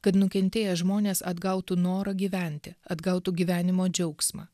kad nukentėję žmonės atgautų norą gyventi atgautų gyvenimo džiaugsmą